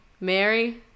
Mary